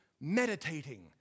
meditating